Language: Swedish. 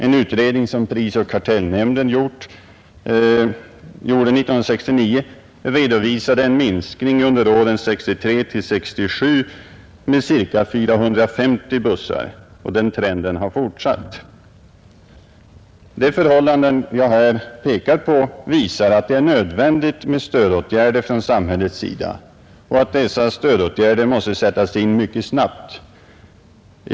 En utredning som prisoch kartellnämnden gjorde 1969 redovisade en minskning under åren 1963—1967 med ca 450 bussar. Den trenden har fortsatt. De förhållanden som jag här pekat på visar att det är nödvändigt med stödåtgärder från samhällets sida och att dessa stödåtgärder måste sättas in mycket snabbt.